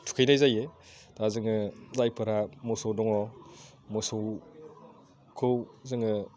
थुखैनाय जायो दा जोङो जायफोरहा मोसौ दङ मोसौखौ जोङो